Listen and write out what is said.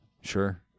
Sure